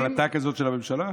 יש החלטה כזאת של הממשלה?